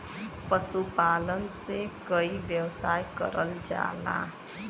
पशुपालन से कई व्यवसाय करल जाला